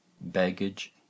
baggage